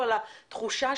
הן מופיעות.